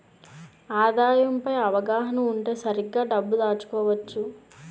ఆదాయం పై అవగాహన ఉంటే సరిగ్గా డబ్బు దాచుకోవచ్చు